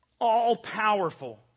all-powerful